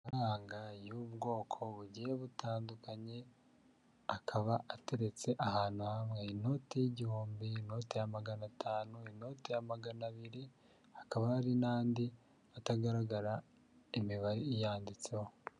Amafaranga y'ubwoko bugiye butandukanye akaba ateretse ahantu hamwe, inoti y'igihumbi, inoti ya magana atanu, inoti magana abiri, hakaba hari n'andi atagaragara imibare yanditseho.